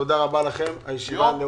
תודה רבה לכם, הישיבה נעולה.